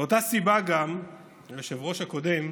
מאותה סיבה גם היושב-ראש הקודם,